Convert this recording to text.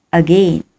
again